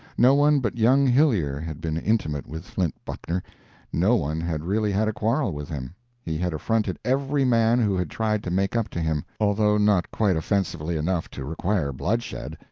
no one but young hillyer had been intimate with flint buckner no one had really had a quarrel with him he had affronted every man who had tried to make up to him, although not quite offensively enough to require bloodshed.